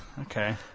okay